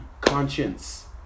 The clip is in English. conscience